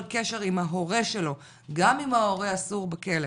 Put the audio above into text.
קשר עם ההורה שלו גם אם ההורה אסור בכלא.